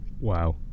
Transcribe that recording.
Wow